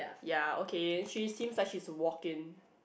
ya okay she is thin such is she walking